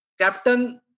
Captain